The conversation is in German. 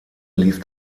lief